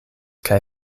kaj